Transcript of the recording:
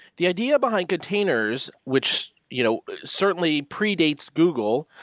the idea behind containers which you know certainly predates google,